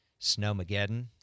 Snowmageddon